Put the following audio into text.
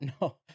no